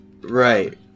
right